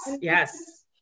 yes